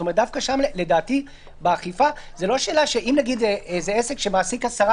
דווקא שם לדעתי באכיפה זו לא שאלה אם זה עסק שמעסיק עשרה